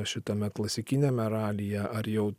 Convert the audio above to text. šitame klasikiniame ralyje ar jau